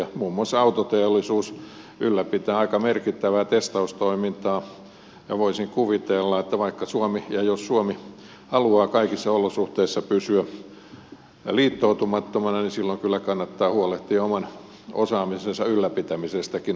muun muassa autoteollisuus ylläpitää aika merkittävää testaustoimintaa ja voisin kuvitella että vaikka ja jos suomi haluaa kaikissa olosuhteissa pysyä liittoutumattomana niin silloin kyllä kannattaa huolehtia oman osaamisensa ylläpitämisestäkin omin keinoin